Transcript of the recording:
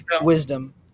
wisdom